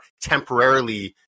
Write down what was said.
temporarily